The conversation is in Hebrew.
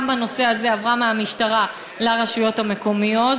גם בנושא הזה עברה מהמשטרה לרשויות המקומיות,